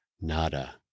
Nada